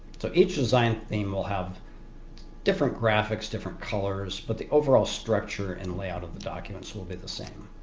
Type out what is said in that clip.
so each design theme will have different graphics, different colors, but the overall structure and layout of the documents will be the same.